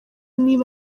niba